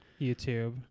YouTube